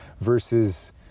versus